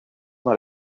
dans